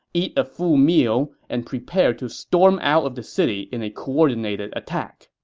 eat a full meal, and prepare to storm out of the city in a coordinated attack.